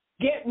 get